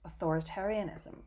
authoritarianism